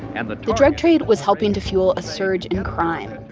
and the, the drug trade was helping to fuel a surge in crime,